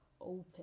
open